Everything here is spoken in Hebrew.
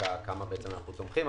כמה אנחנו תומכים.